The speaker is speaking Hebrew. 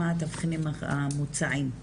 מה התבחינים המוצעים,